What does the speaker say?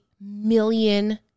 million